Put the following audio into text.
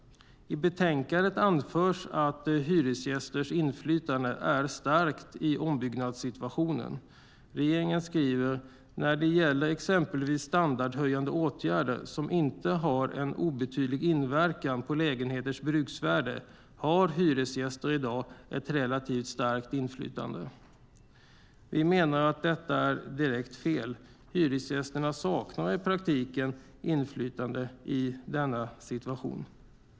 I betänkandet anförs att hyresgästers inflytande är starkt i ombyggnadssituationen. Regeringen skriver: "När det gäller exempelvis standardhöjande åtgärder som har en inte obetydlig inverkan på lägenhetens bruksvärde har hyresgäster i dag ett relativt starkt inflytande." Vi menar att detta är direkt fel - hyresgästerna saknar i praktiken inflytande i denna situation.